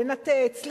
לנתץ,